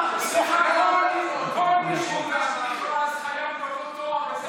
סליחה, כל מי שניגש למכרז חייב להיות לו תואר.